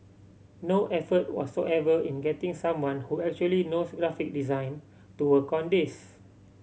no effort whatsoever in getting someone who actually knows graphic design to work on this